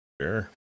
Sure